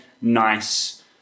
nice